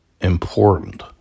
important